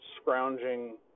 scrounging